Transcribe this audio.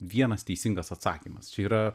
vienas teisingas atsakymas čia yra